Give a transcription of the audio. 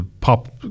pop